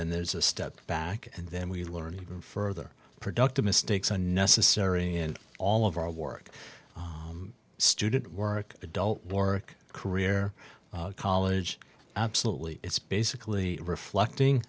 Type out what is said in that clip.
then there's a step back and then we learn further productive mistakes are necessary in all of our work student work adult work career college absolutely it's basically reflecting